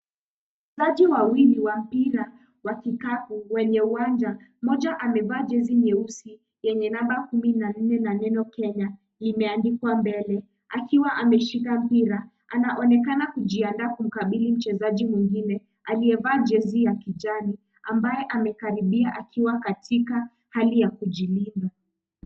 Watu wawili wenye mpira wa kikapu kwenye uwanja. Mmoja amevaa jezi nyeusi yenye namba kumi na nne na neno KENYA, limeandikwa mbele akiwa ameshika mpira. Anaonekana kujiandaa kukabili mchezaji mwingine aliyevaa jezi ya kijani ambaye amekaribia akiwa katika hali ya kujilinda.